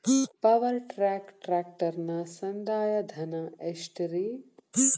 Power track ಟ್ರ್ಯಾಕ್ಟರನ ಸಂದಾಯ ಧನ ಎಷ್ಟ್ ರಿ?